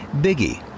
Biggie